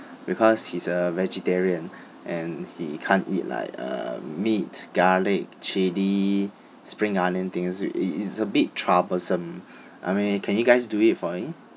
because he's a vegetarian and he can't eat like uh meat garlic chilli spring onion things it it is a bit troublesome I mean can you guys do it for him